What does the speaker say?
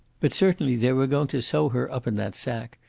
but certainly they were going to sew her up in that sack,